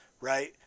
right